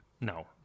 no